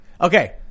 Okay